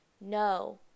no